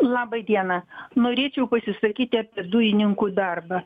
labai diena norėčiau pasisakyti apie dujininkų darbą